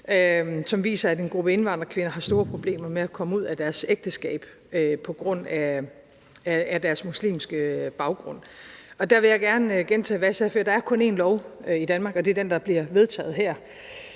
som viser, at en gruppe indvandrerkvinder har store problemer med at komme ud af deres ægteskab på grund af deres muslimske baggrund. Der vil jeg gerne gentage, hvad jeg sagde før: Der er kun én lov i Danmark, og det er den, der bliver vedtaget her.